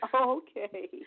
Okay